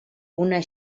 una